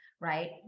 right